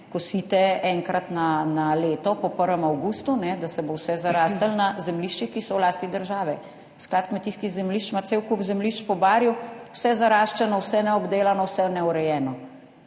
kosite enkrat na leto po 1. avgustu, da se bo vse zaraslo na zemljiščih, ki so v lasti države? Sklad kmetijskih zemljišč ima cel kup zemljišč po Barju, vse zaraščeno, vse neobdelano, vse neurejeno.